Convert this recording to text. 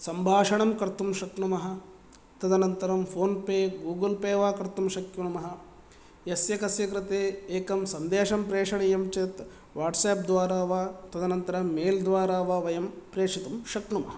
सम्भाषणं कर्तुं शक्नुमः तदनन्तरं फोन् पे गूगल् पे वा कर्तुं शक्नुमः यस्य कस्य कृते एकं संदेशं प्रेषणीयं चेत् वाट्सेप् द्वारा वा तदनन्तरं मेल् द्वारा वा वयं प्रेषितुं शक्नुमः